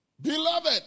beloved